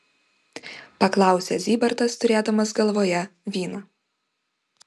paklausė zybartas turėdamas galvoje vyną